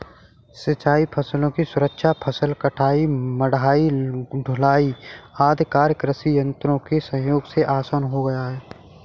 सिंचाई फसलों की सुरक्षा, फसल कटाई, मढ़ाई, ढुलाई आदि कार्य कृषि यन्त्रों के सहयोग से आसान हो गया है